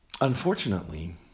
Unfortunately